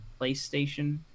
playstation